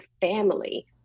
family